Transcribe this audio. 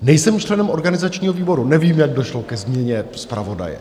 Nejsem členem organizačního výboru, nevím, jak došlo ke změně zpravodaje.